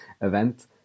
event